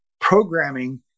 programming